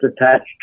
attached